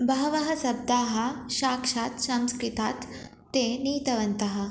बहवः शब्दाः साक्षात् संस्कृतात् ते नीतवन्तः